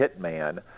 hitman